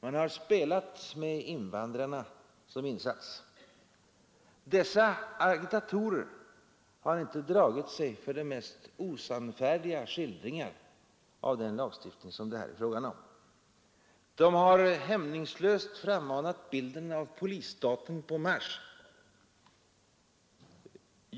Man har spelat med invandrarna som insats. Dessa agitatorer har inte dragit sig för de mest osannfärdiga skildringar av den lagstiftning det är fråga om. De har hämningslöst frammanat bilden av polisstaten på marsch.